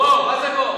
בוא, מה זה "בוא"?